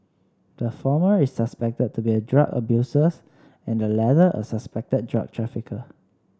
the former is suspected to be a drug abusers and the latter a suspected drug trafficker